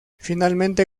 finalmente